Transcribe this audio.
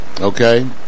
okay